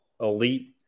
elite